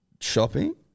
shopping